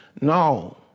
No